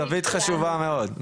זו לווית חשובה מאוד,